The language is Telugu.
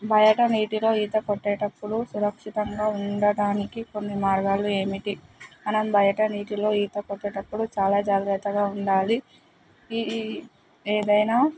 బయట నీటిలో ఈత కొట్టేటప్పుడు సురక్షితంగా ఉండటానికి కొన్ని మార్గాలు ఏమిటి మనం బయట నీటిలో ఈత కొట్టేటప్పుడు చాలా జాగ్రత్తగా ఉండాలి ఈఈ ఏదైనా